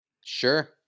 Sure